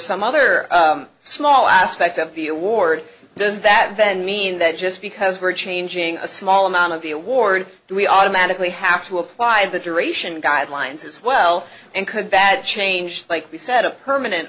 some other small aspect of the award does that then mean that just because we're changing a small amount of the award we automatically have to apply the duration guidelines as well and could bad changed like we said a permanent